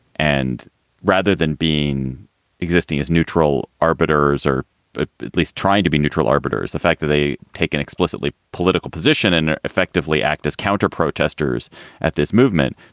and rather than being existing as neutral arbiters or ah at least trying to be neutral arbiters, the fact that they take an explicitly political position and effectively act as counter protesters at this movement.